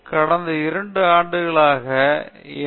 கடந்த 2 ஆண்டுகளாக நான் இங்கு எம்